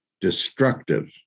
destructive